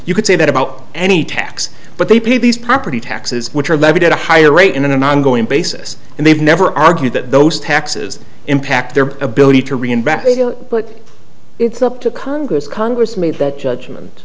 you could say that about any tax but they pay these property taxes which are levied at a higher rate in an ongoing basis and they've never argued that those taxes impact their ability to reinvest but it's up to congress congress made that judgment